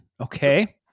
Okay